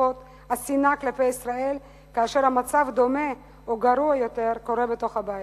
נוטפות השנאה כלפי ישראל כאשר המצב דומה או גרוע יותר בתוך הבית?